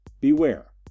beware